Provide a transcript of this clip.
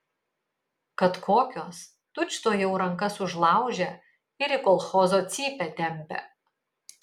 kad kokios tučtuojau rankas užlaužia ir į kolchozo cypę tempia